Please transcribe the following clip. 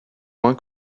loin